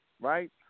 right